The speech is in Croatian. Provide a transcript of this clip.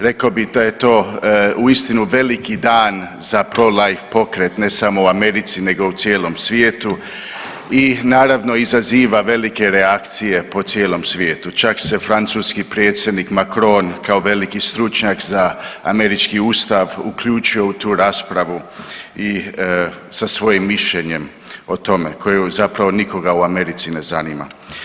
Rekao bih da je to uistinu veliki dan za prolife pokret ne samo u Americi nego u cijelom svijetu, i naravno izaziva velike reakcije po cijelom svijetu, čak se francuski predsjednik Macron kao veliki stručnjak za američki ustav uključio u tu raspravu sa svojim mišljenjem o tome koje zapravo nikoga u Americi ne zanima.